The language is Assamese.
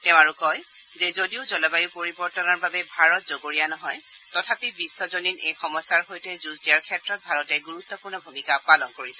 তেওঁ আৰু কয় যে যদিও জলবায়ু পৰিৱৰ্তনৰ বাবে ভাৰত জগৰীয়া নহয তথাপি বিশ্বজনীন এই সমস্যাৰ সৈতে যুঁজ দিয়াৰ ক্ষেত্ৰত ভাৰতে গুৰুত্বপূৰ্ণ ভূমিকা পালন কৰিছে